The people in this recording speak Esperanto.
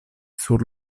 sur